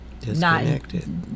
disconnected